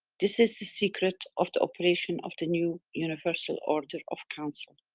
this is the secret of the operation of the new universal order of council.